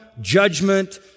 judgment